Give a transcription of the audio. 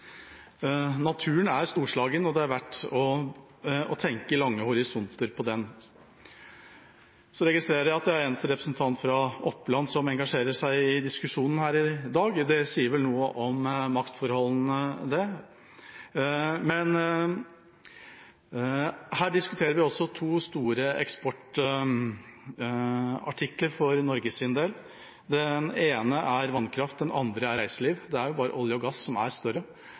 Naturen er storslagen, og det er verdt å tenke lange horisonter her. Så registrerer jeg at jeg er den eneste representanten fra Oppland som engasjerer seg i diskusjonen her i dag. Det sier vel noe om maktforholdene. Men her diskuterer vi også to store eksportartikler for Norges del. Den ene er vannkraft, og den andre er reiseliv – det er bare olje og gass som er større